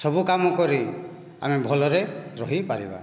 ସବୁ କାମକରି ଆମେ ଭଲରେ ରହି ପାରିବା